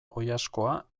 oilaskoa